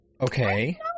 okay